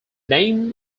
name